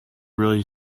really